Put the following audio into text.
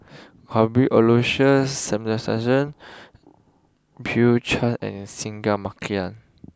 Cuthbert Aloysius Shepherdson Bill Chen and Singai Mukilan